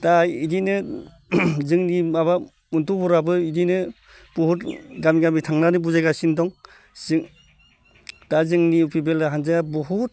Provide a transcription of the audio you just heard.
दा बिदिनो जोंनि माबा गथ'फोराबो बिदिनो बहुद गामि गामि थांनानै बुजायगासिनो दं दा जोंनि इउ पि पि एल हानजाया बहुद